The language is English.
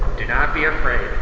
do not be afraid.